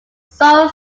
seoul